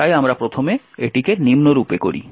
তাই আমরা প্রথমে এটিকে নিম্নরূপে করি